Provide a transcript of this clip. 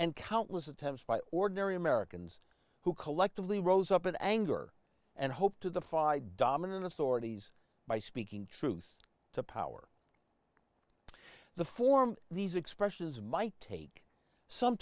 and countless attempts by ordinary americans who collectively rose up in anger and hope to the five dominant authorities by speaking truth to power the form these expressions might take some